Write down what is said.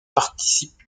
participent